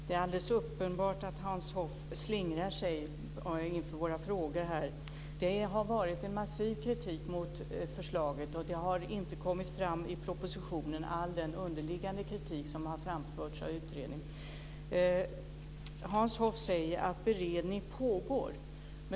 Fru talman! Det är alldeles uppenbart att Hans Hoff slingrat sig inför våra frågor. Det har varit en massiv kritik mot förslaget, och all den underliggande kritik som har framförts av utredning har inte kommit fram i propositionen. Hans Hoff säger att beredning pågår.